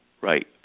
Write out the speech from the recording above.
Right